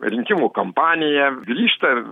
rinkimų kampanija grįžta